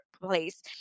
place